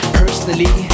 personally